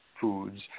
foods